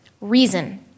reason